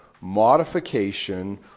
modification